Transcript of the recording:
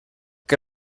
que